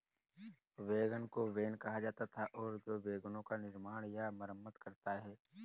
wagon को wain कहा जाता था और जो वैगनों का निर्माण या मरम्मत करता है